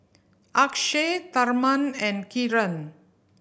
Akshay Tharman and Kiran